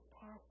past